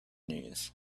news